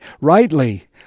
rightly